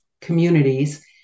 communities